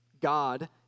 God